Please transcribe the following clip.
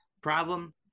problem